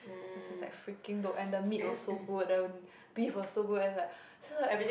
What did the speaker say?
was just like freaking dope and the meat was so good the beef was so good and like just like